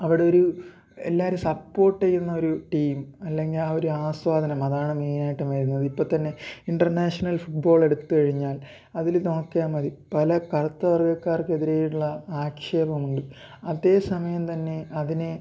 അവിടെ ഒരു എല്ലാവരും സപ്പോട്ട് ചെയ്യുന്ന ഒരു ടീം അല്ലെങ്കിൽ ആ ഒരു ആസ്വാദനം അതാണ് മെയിന് ആയിട്ടും വരുന്നത് ഇപ്പോൾത്തന്നെ ഇന്റര്നാഷണല് ഫുട്ബോള് എടുത്തു കഴിഞ്ഞാല് അതിൽ നോക്കിയാൽ മതി പല കറുത്ത വര്ഗ്ഗക്കാര്ക്ക് എതിരേയുള്ള ആക്ഷേപമുണ്ട് അതേസമയം തന്നെ അതിനെ